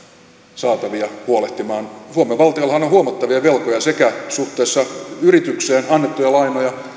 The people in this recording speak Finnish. saatavia huolehtimaan suomen valtiollahan on on huomattavia velkoja sekä suhteessa yrityksiin annettuja lainoja